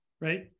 right